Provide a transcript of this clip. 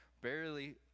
barely